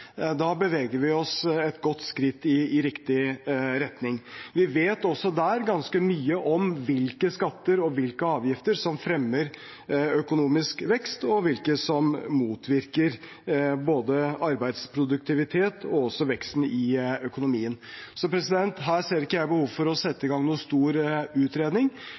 Da beveger vi oss et godt skritt i riktig retning. Vi vet også der ganske mye om hvilke skatter og avgifter som fremmer økonomisk vekst, og hvilke som motvirker både arbeidsproduktivitet og også veksten i økonomien. Så her ser ikke jeg behov for å sette i gang noen stor utredning.